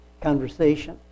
conversation